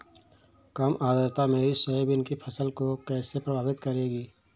कम आर्द्रता मेरी सोयाबीन की फसल को कैसे प्रभावित करेगी?